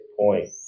point